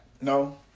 No